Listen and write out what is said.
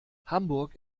hamburg